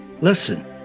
Listen